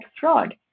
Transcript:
fraud